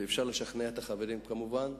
ואפשר לשכנע את החברים כמובן,